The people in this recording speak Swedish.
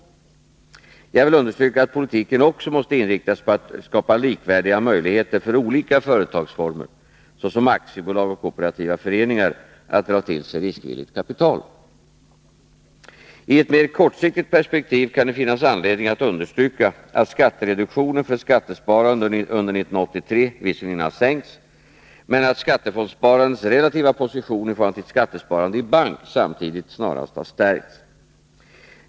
Jag vill understryka att politiken också måste inriktas på att skapa likvärdiga möjligheter för olika företagsformer såsom aktiebolag och kooperativa föreningar att dra till sig riskvilligt kapital. I ett mer kortsiktigt perspektiv kan det finnas anledning att understryka att skattereduktionen för skattesparande under 1983 visserligen sänkts, men att skattefondssparandets relativa position i förhållande till skattesparande i bank samtidigt snarast har stärkts.